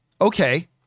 Okay